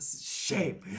Shame